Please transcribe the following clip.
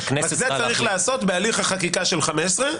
רק שזה צריך להיעשות בהליך החקיקה של 15,